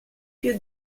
più